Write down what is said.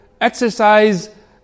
exercise